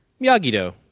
Miyagi-Do